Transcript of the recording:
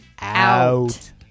out